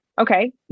Okay